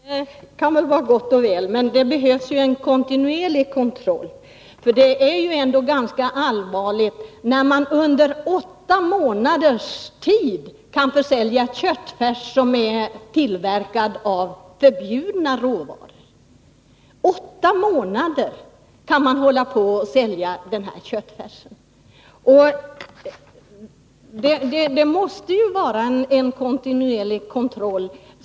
Herr talman! Det kan väl vara gott och väl med projektkontroll, men det behövs också kontinuerlig kontroll. Det är ju ändå ganska allvarligt när man under åtta månaders tid kan sälja köttfärs som är tillverkad av förbjudna råvaror. Åtta månader kan man hålla på och sälja den här köttfärsen. Det måste vara en kontinuerlig kontroll.